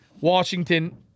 Washington